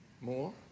More